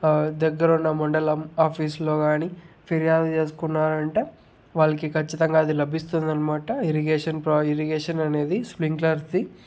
దగ్గరున్న మండలము ఆఫీసులో కాని ఫిర్యాదు చేసుకున్నారంటే వాళ్లకి ఖచ్చితంగా అది లభిస్తుందనమాట ఇరిగేషన్ ఇరిగేషన్ అనేది స్ప్రింక్లర్ది